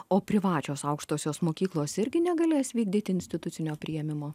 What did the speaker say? o privačios aukštosios mokyklos irgi negalės vykdyti institucinio priėmimo